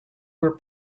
were